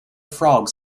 frogs